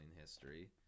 history